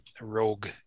rogue